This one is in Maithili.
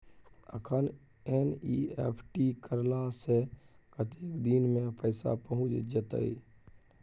अखन एन.ई.एफ.टी करला से कतेक दिन में पैसा पहुँच जेतै?